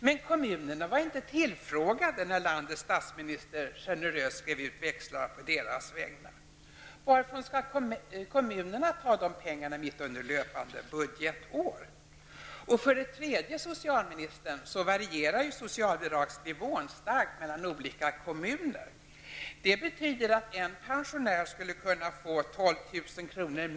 Men kommunerna var inte tillfrågade när landets statsminister generöst skrev ut växlar på deras vägnar. Varifrån skall kommunerna ta de pengarna mitt uppe i löpande budgetår? För det tredje varierar socialbidragsnivån starkt mellan olika kommuner. Det betyder att en pensionär skulle kunna få 12 000 kr.